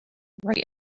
write